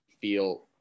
feel